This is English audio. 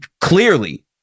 clearly